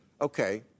okay